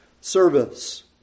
service